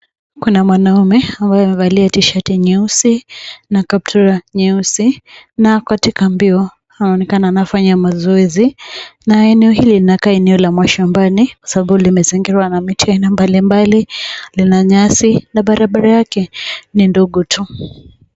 Kuna mwanaume ambaye amevalia t-shirt nyeusi na kapula nyeusi na katika mbio. Anaonekana anafanya mazoezi na eneo hilo linakaa eneo la mashambani sababu limezingirwa na miti mbali mbali. Lina nyasi na barabara yake ni ndogo tu.